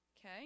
Okay